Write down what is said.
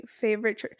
favorite